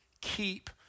Keep